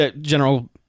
General